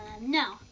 No